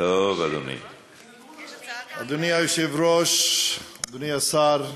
אדוני היושב-ראש, אדוני השר,